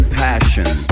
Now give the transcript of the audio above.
passion